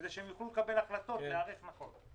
כדי שהן יוכלו לקבל החלטות ולהיערך נכון.